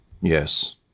Yes